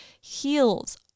heals